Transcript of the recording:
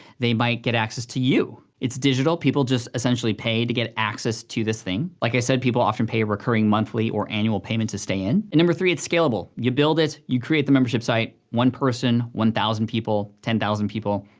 they might get access to you. it's digital, people just essentially pay to get access to this thing. like i said, people often pay a recurring monthly or annual payment to stay in, and number three, it's scalable. you build it, you create the membership site, one person, one thousand people, ten thousand people,